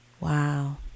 Wow